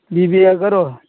ᱵᱤᱵᱤ ᱮᱜᱟᱨᱚ